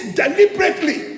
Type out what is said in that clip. deliberately